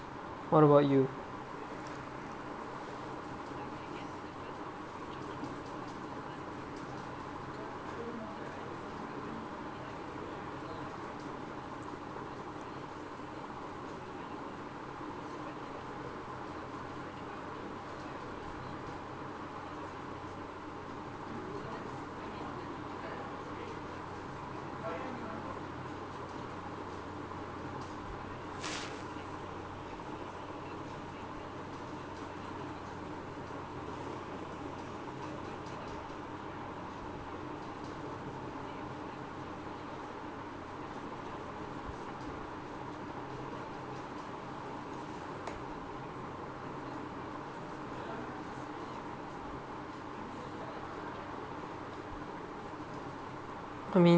what about you I mean